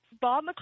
Bob